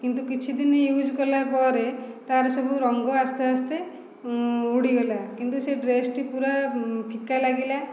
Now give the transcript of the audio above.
କିନ୍ତୁ କିଛି ଦିନ ୟୁଜ୍ କଲାପରେ ତା'ର ସବୁ ରଙ୍ଗ ଆସ୍ତେ ଆସ୍ତେ ଉଡ଼ିଗଲା କିନ୍ତୁ ସେ ଡ୍ରେସ୍ଟି ପୁରା ଫିକା ଲାଗିଲା